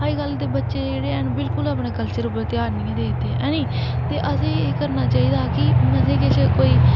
अजकल दे बच्चे जेह्ड़े हैन बिल्कुल अपने कल्चर पर ध्यान नेईं ऐ दिंदे हैनी ते असें एह् करना चाहिदा कि असें ई किश कोई